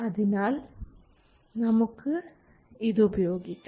അതിനാൽ നമുക്ക് ഇത് ഉപയോഗിക്കാം